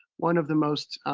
one of the most,